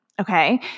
Okay